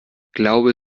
glaube